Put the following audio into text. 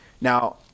Now